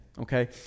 okay